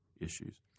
issues